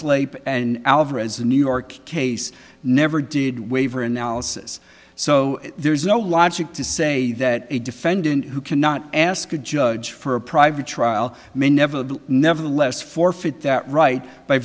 in new york case never did waiver analysis so there is no logic to say that a defendant who cannot ask a judge for a private trial may never nevertheless forfeit that right by